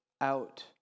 out